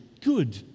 good